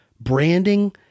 branding